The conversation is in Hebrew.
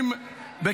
על